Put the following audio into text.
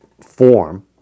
form